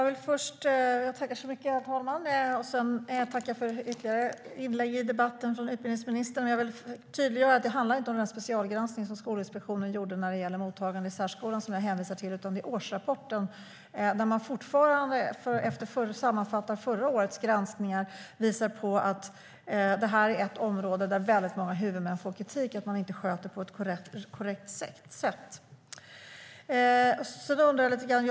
Herr talman! Jag tackar för ytterligare inlägg i debatten från utbildningsministern. Jag vill tydliggöra att det inte är den specialgranskning som Skolinspektionen gjorde när det gäller mottagande i särskolan som jag hänvisar till, utan det är årsrapporten. Där sammanfattar man fortfarande förra årets granskningar och visar att detta är ett område där väldigt många huvudmän får kritik för att de inte sköter det på ett korrekt sätt. Jag undrar lite grann.